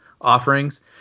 offerings